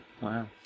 Wow